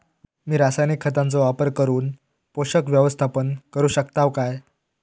मी रासायनिक खतांचो वापर करून पोषक व्यवस्थापन करू शकताव काय?